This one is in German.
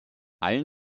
allen